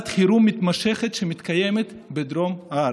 החירום המתמשכת שמתקיימת בדרום הארץ.